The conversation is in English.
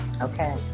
Okay